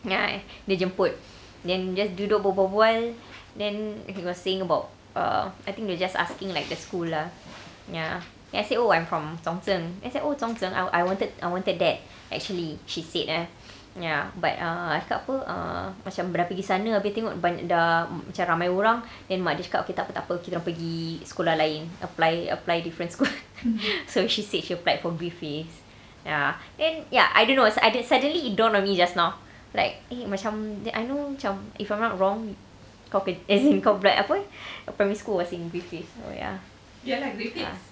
ya dia jemput then just duduk berbual-bual then he was saying about err I think we're just asking like the school lah ya then I said oh I'm from zhong zheng then say oh zhong zheng I w~ I wanted I wanted that actually she said ah ya but uh akak apa err macam pergi sana tapi tengok macam dah ramai orang then mak dia cakap takpe takpe apply~ apply different school so she said she applied for griffiths ya then ya I don't know sud~ suddenly it dawned on me just now like eh macam that I know ch~ if I'm not wrong kau pula as in kau apa your primary school was in griffiths so ya